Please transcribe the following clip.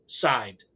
side